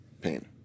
pain